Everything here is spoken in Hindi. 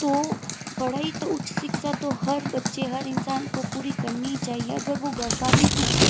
तो पढ़ाई तो उच्च शिक्षा तो हर बच्चे हर इंसान को पूरी करनी ही चाहिए अगर वो घर का भी कुछ